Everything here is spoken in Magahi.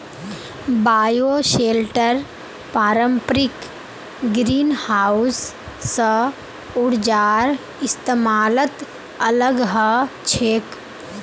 बायोशेल्टर पारंपरिक ग्रीनहाउस स ऊर्जार इस्तमालत अलग ह छेक